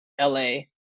la